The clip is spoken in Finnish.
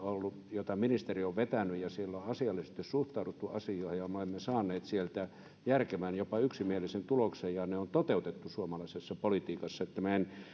joita ministeri on vetänyt ja siellä on asiallisesti suhtauduttu asioihin ja me olemme saaneet sieltä järkevän jopa yksimielisen tuloksen ja ne on toteutettu suomalaisessa politiikassa että minä en